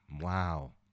Wow